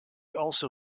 also